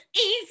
easy